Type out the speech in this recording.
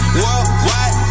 worldwide